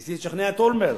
ניסיתי לשכנע את אולמרט,